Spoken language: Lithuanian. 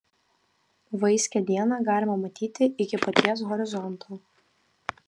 vaiskią dieną galima matyti iki paties horizonto